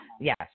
Yes